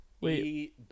Wait